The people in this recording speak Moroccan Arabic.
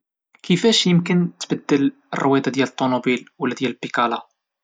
كفاش امكن تبدل الرويضة ديال الطوموبيل ولى ديال البيكالا؟